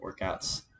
workouts